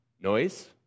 noise